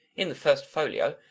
in the first folio,